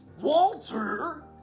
Walter